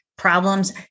problems